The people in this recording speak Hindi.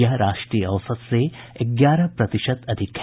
यह राष्ट्रीय औसत से ग्यारह प्रतिशत अधिक है